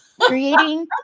creating